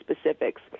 specifics